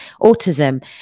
autism